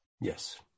Yes